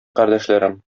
кардәшләрем